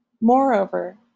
Moreover